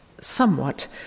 somewhat